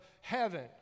heaven